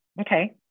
Okay